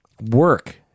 work